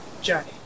journey